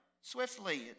swiftly